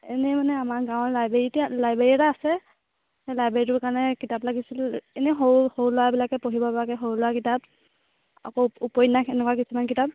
এনেই মানে আমাৰ গাঁৱৰ লাইব্ৰেৰীতে লাইব্ৰেৰী এটা আছে সেই লাইব্ৰেৰীটোৰ কাৰণে কিতাপ লাগিছিল এনেই সৰু সৰু ল'ৰাবিলাকে পঢ়িবপৰাকৈ সৰু ল'ৰা কিতাপ আকৌ উপন্যাস এনেকুৱা কিছুমান কিতাপ